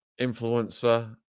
influencer